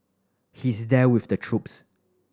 he's there with the troops